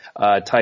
type